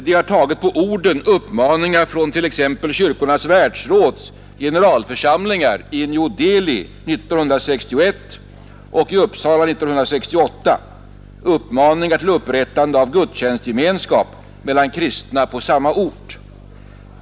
De har tagit på orden uppmaningar från t.ex. Kyrkornas världsråds generalförsamlingar i New Delhi 1961 och i Uppsala 1968, uppmaningar till upprättande av gudstjänstgemenskap mellan kristna på samma ort.